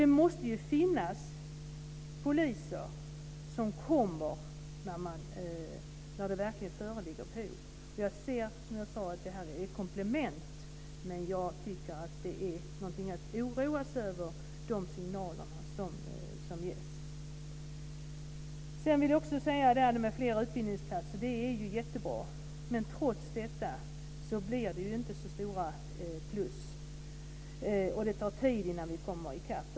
Det måste finnas poliser som kommer när det verkligen föreligger behov. Som jag sade ser jag väkteriet som ett komplement. Jag tycker att de signaler som ges är någonting att oroas över. Det är jättebra med fler utbildningsplatser. Men trots det så blir det inte så stora plus. Det tar tid innan vi kommer i kapp.